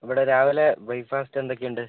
ഇവിടെ രാവിലെ ബ്രേക്ഫാസ്റ്റ് എന്തൊക്കെയുണ്ട്